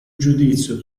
giudizio